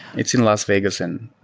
it's in las vegas, and